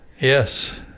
Yes